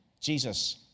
Jesus